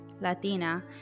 Latina